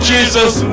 Jesus